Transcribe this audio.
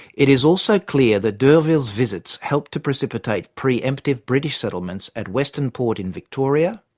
it is also clear that d'urville's visits helped to precipitate pre-emptive british settlements at western port in victoria,